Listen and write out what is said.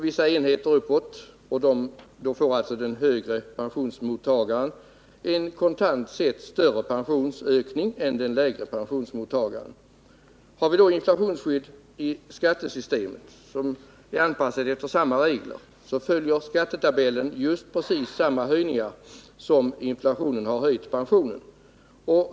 Då får mottagaren av den högre pensionen en kontant sett större pensionsökning än mottagaren av den lägre pensionen. Om vi har inflationsskydd i skattesystemet, som är anpassat efter samma regler, följer skattetabellen precis de höjningar som inflationen har ökat pensionen med.